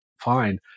fine